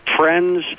Friends